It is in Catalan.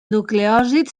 nucleòsid